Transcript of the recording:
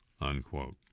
Unquote